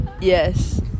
Yes